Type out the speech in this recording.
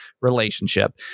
relationship